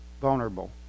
vulnerable